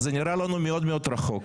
אז זה נראה לנו מאוד מאוד רחוק.